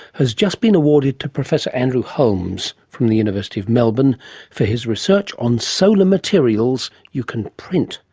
has just been awarded to professor andrew holmes from the university of melbourne for his research on solar materials you can print.